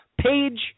page